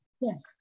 Yes